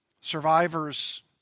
survivors